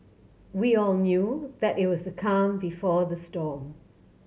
we all knew that it was the calm before the storm